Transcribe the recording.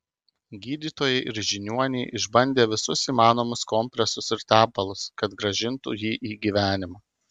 gydytojai ir žiniuoniai išbandė visus įmanomus kompresus ir tepalus kad grąžintų jį į gyvenimą